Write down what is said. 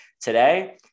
Today